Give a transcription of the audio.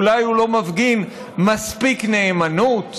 אולי הוא לא מפגין מספיק נאמנות?